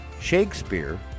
Shakespeare